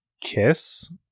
kiss